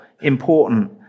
important